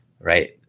right